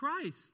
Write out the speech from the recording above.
Christ